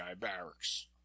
barracks